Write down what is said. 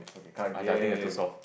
okay card game